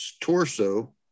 torso